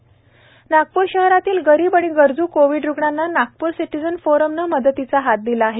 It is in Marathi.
दवा दान नागपूर शहरातील गरीब आणि गरजू कोव्हिड रुग्णांना नागपूर सिटिझन्स फोरमने मदतीचा हात दिला आहे